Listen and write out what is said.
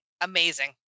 Amazing